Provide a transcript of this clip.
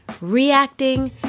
reacting